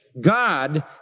God